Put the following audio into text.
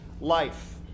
life